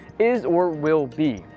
is, or will be.